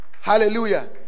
Hallelujah